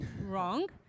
wrong